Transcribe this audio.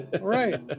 right